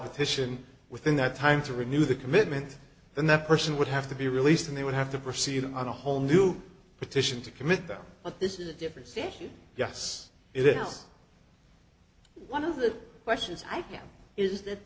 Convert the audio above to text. petition within that time to renew the commitment then that person would have to be released and they would have to proceed on a whole new petition to commit them but this is a different state yes it is one of the questions i have is that